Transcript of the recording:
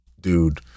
dude